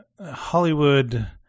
Hollywood